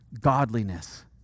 godliness